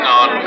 on